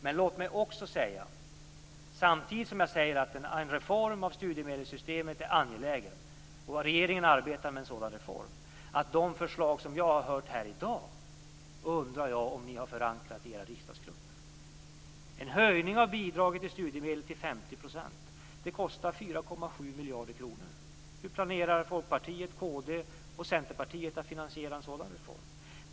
Men låt mig också säga - samtidigt som jag säger att en reform av studiemedelssystemet är angelägen och att regeringen arbetar med en sådan - att de förslag som jag har hört här i dag undrar jag om ni har förankrat i era riksdagsgrupper. En höjning av bidraget i studiemedlet till 50 % kostar 4,7 miljarder kronor. Hur planerar Folkpartiet, kd och Centerpartiet att finansiera en sådan reform?